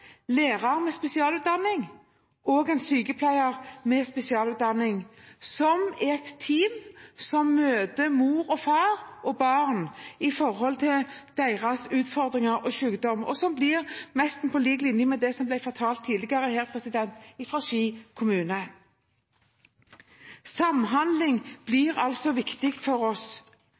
lærer med spesialutdanning og en sykepleier med spesialutdanning, som er et team som møter mor, far og barn med deres utfordringer og sykdom. Det er nesten på lik linje med det som ble fortalt tidligere her fra Ski kommune. Samhandling blir altså viktig for oss,